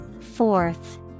Fourth